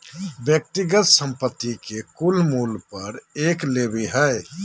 व्यक्तिगत संपत्ति के कुल मूल्य पर एक लेवी हइ